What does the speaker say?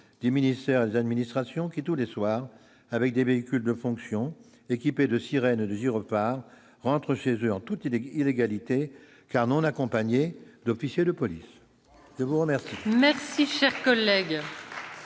des ministères et des administrations qui, tous les soirs, avec des véhicules de fonction équipés de sirènes et de gyrophares, rentrent chez eux en toute illégalité, car non accompagnés d'un officier de police. La parole